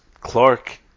clark